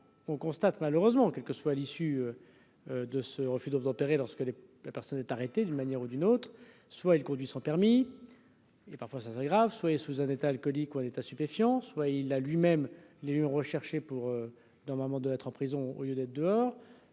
on constate malheureusement, quelle que soit l'issue de ce refus d'obtempérer lorsqu'elle est la personne est arrêté, d'une manière ou d'une autre, soit il conduit sans permis et parfois ça s'aggrave soyez sous un état alcoolique ou un État stupéfiants, soit il a lui-même une recherché pour normalement de être en prison au lieu d'être dehors,